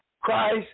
Christ